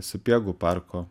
sapiegų parko